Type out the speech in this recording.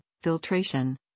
filtration